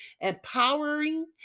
empowering